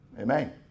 Amen